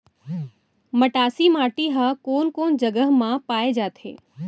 मटासी माटी हा कोन कोन जगह मा पाये जाथे?